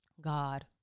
God